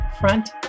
Front